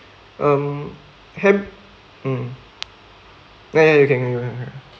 um have um ya ya you can you can correct correct